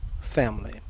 family